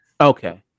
Okay